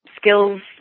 skills